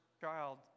child